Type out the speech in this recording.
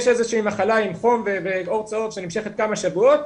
יש איזושהי מחלה עם חום ועור צהוב שנמשכת כמה שבועות,